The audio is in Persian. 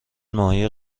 ماهی